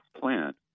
plant